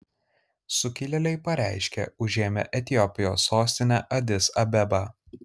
sukilėliai pareiškė užėmę etiopijos sostinę adis abebą